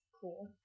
cool